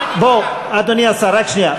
בוא, אדוני השר, רק שנייה.